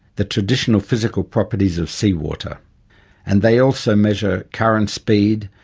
the traditional physical properties of sea water and they also measure current speed,